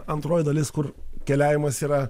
antroji dalis kur keliavimas yra